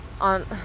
on